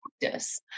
practice